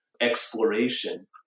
exploration